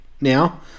now